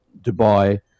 Dubai